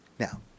Now